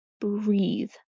breathe